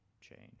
change